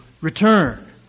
return